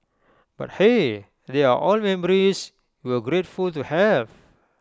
but hey they are all memories we're grateful to have